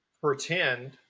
pretend